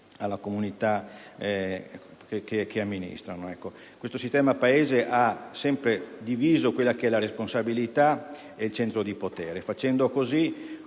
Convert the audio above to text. alla comunità che amministrano. Questo sistema Paese ha sempre diviso la responsabilità dal centro di potere. Così